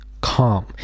calm